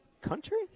country